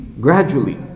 gradually